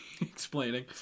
explaining